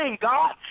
God